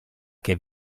che